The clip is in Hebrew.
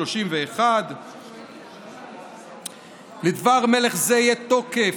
1931'. II. לדבר מלך זה יהיה תוקף,